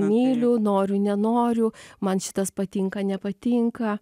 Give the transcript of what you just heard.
myliu noriu nenoriu man šitas patinka nepatinka